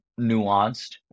nuanced